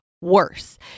worse